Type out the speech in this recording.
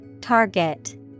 Target